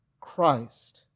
Christ